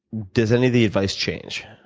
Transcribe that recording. does any of the advice change?